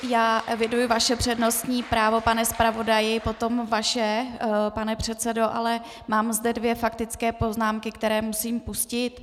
Já eviduji vaše přednostní právo, pane zpravodaji, potom vaše, pane předsedo, ale mám zde dvě faktické poznámky, které musím pustit.